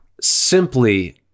Simply